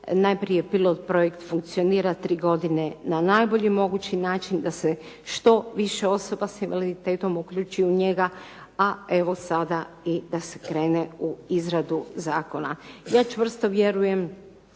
najprije pilot projekt funkcionira tri godine na najbolji mogući način, da se što više osoba s invaliditetom uključi u njega, a evo sada i da skrene u izradu zakona. Ja čvrsto vjerujem